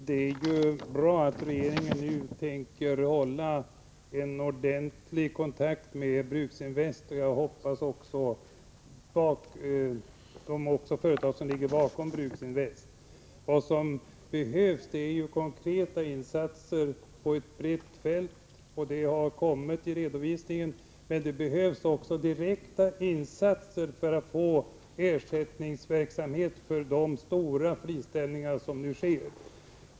Herr talman! Det är bra att regeringen nu tänker hålla en ordentlig kontakt med Bruksinvest. Jag hoppas att man också kommer att hålla kontakt med de företag som ligger bakom Bruksinvest. Vad som behövs är konkreta insatser på ett brett fält. Men det behövs också direkta insatser för ersättningsverksamhet för de många friställningar som nu sker.